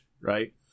right